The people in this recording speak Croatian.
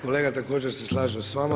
Kolega, također se slažem s vama.